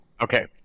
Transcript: Okay